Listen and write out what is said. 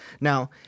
Now